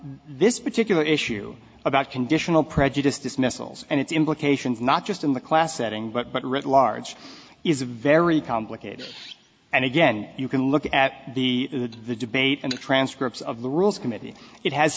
this particular issue about conditional prejudice dismissals and its implications not just in the class setting but but writ large is very complicated and again you can look at the the debate and the transcripts of the rules committee it has